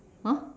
!huh!